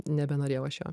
nebenorėjau aš jo